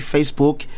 Facebook